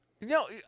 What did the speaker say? No